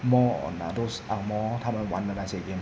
more on uh those ang moh 他们玩的那些 game